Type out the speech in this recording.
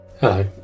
Hello